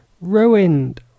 Ruined